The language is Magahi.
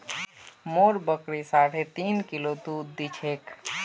मोर बकरी साढ़े तीन किलो दूध दी छेक